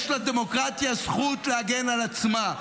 יש לדמוקרטיה זכות להגן על עצמה.